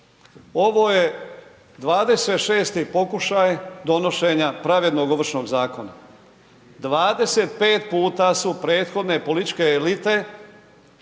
Ovo je 26-ti pokušaj donošenja pravednog Ovršnog zakona, 25 puta su prethodne političke elite